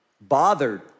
bothered